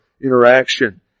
interaction